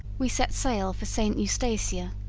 we set sail for st. eustatia,